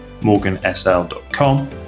morgansl.com